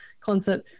concert